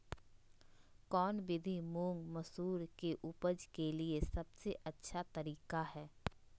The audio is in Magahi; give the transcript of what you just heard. कौन विधि मुंग, मसूर के उपज के लिए सबसे अच्छा तरीका है?